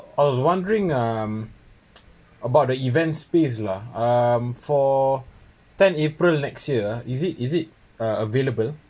I was wondering um about the event's space lah um for tenth april next year is it is it uh available